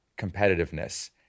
competitiveness